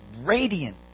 radiant